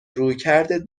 رویکردت